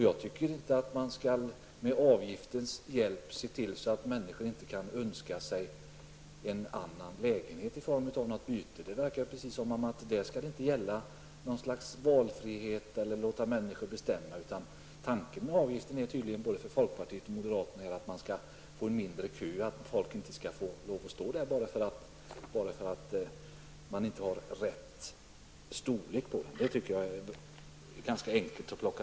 Jag tycker inte att man med avgiftens hjälp skall se till att så att människor inte kan önska sig en annan lägenhet genom byte. Det verkar precis som om det i detta sammanhang inte skall bli fråga om någon valfrihet eller att människorna får bestämma. Tanken med avgiften är tydligen enligt både folkpartiet och moderaterna att kön skall bli kortare och att folk inte skall få lov att stå i kön bara av den anledningen att kön är för lång.